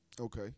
Okay